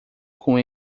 com